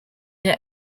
near